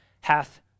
hath